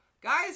Guys